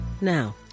Now